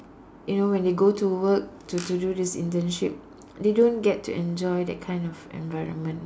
you know when they go to work to to do this internship they don't get to enjoy that kind of environment